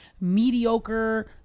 mediocre